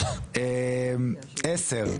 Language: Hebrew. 10,